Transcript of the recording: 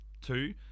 two